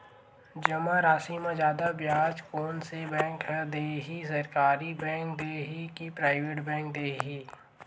जमा राशि म जादा ब्याज कोन से बैंक ह दे ही, सरकारी बैंक दे हि कि प्राइवेट बैंक देहि?